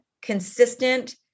consistent